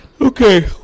Okay